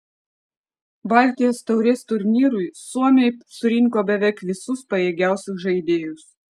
baltijos taurės turnyrui suomiai surinko beveik visus pajėgiausius žaidėjus